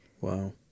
wow